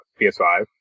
PS5